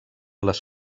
les